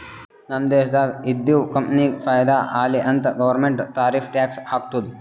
ನಮ್ ದೇಶ್ದಾಗ್ ಇದ್ದಿವ್ ಕಂಪನಿಗ ಫೈದಾ ಆಲಿ ಅಂತ್ ಗೌರ್ಮೆಂಟ್ ಟಾರಿಫ್ ಟ್ಯಾಕ್ಸ್ ಹಾಕ್ತುದ್